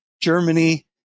Germany